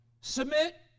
Submit